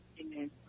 Amen